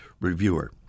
reviewer